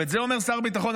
את זה אומר שר ביטחון,